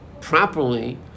properly